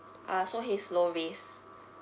ah so he's low risk